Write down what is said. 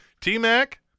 t-mac